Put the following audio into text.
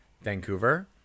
Vancouver